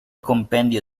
compendio